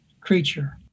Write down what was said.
creature